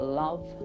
love